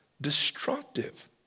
destructive